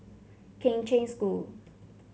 Kheng Cheng School